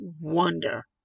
wonder